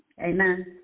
Amen